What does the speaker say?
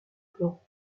fleurs